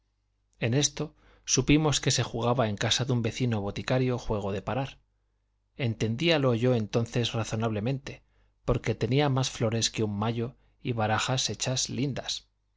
en esto supimos que se jugaba en casa de un vecino boticario juego de parar entendíalo yo entonces razonablemente porque tenía más flores que un mayo y barajas hechas lindas